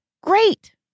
great